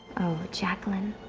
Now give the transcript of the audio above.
jacqueline.